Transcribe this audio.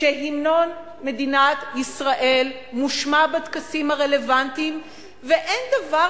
שהמנון מדינת ישראל מושמע בטקסים הרלוונטיים ואין דבר